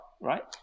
right